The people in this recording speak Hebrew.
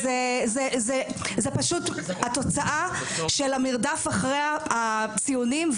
זה פשוט התוצאה של המרדף אחרי הציונים,